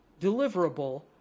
deliverable